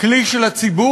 כלי של הציבור,